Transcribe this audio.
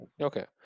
Okay